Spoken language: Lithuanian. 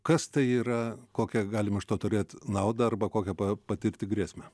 kas tai yra kokią galima iš to turėt naudą arba kokią pa patirti grėsmę